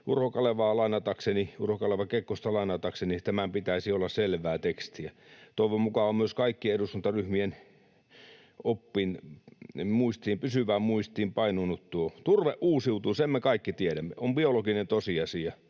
Tämän pitäisi, Urho Kaleva Kekkosta lainatakseni, olla selvää tekstiä. Toivon mukaan on myös kaikkien eduskuntaryhmien pysyvään muistiin painunut tuo. Turve uusiutuu, sen me kaikki tiedämme, se on biologinen tosiasia.